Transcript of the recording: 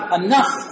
enough